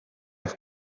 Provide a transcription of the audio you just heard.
have